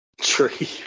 tree